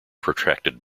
protracted